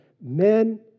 men